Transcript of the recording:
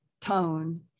tone